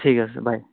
ঠিক আছে বাই